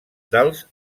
dels